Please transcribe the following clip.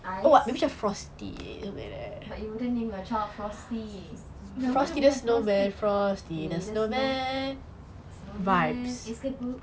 ice but you wouldn't name your child frosty nama dia bukan frosty did the smell snowman is a boob